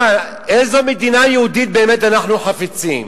מה, איזו מדינה יהודית באמת אנחנו חפצים?